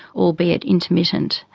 albeit intermittent.